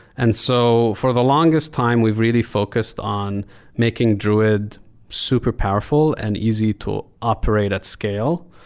and so for the longest time, we've really focused on making druid super powerful and easy to operate at scale,